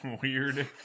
Weird